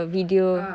ah ah